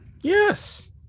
Yes